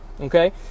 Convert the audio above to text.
Okay